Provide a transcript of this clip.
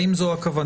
האם זאת הכוונה.